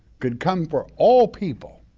could come for all people,